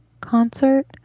concert